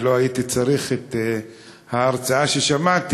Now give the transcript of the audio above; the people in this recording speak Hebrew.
לא הייתי צריך את ההרצאה ששמעתי.